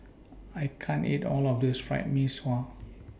I can't eat All of This Fried Mee Sua